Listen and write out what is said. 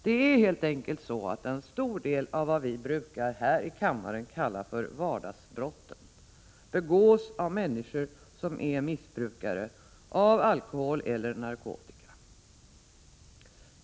Det är helt enkelt så att en stor del av vad vi här i kammaren brukar kalla för vardagsbrotten begås av människor som är missbrukare av alkohol eller narkotika.